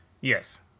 Yes